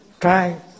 try